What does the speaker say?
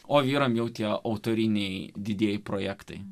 o vyrams jau tie autoriniai didieji projektai